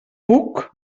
puc